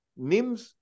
Nims